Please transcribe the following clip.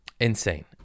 insane